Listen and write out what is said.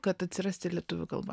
kad atsirast ir lietuvių kalba